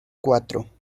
cuatro